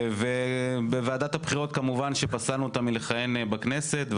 בוועדת הבחירות כמובן שפסלנו אותה מלכהן בכנסת,